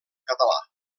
català